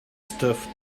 stuff